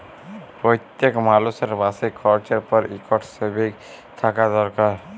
প্যইত্তেক মালুসের মাসিক খরচের পর ইকট সেভিংস থ্যাকা দরকার